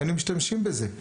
היינו משתמשים בזה.